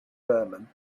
berman